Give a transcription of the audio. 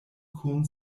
kun